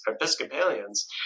Episcopalians